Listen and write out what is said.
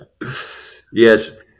Yes